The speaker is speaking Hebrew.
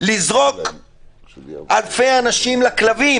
לזרוק אלפי אנשים לכלבים,